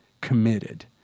committed